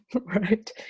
right